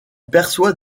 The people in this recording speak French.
perçoit